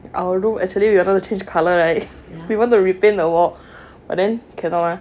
our room actually we are trying to change colour right we want to repaint the wall but then cannot leh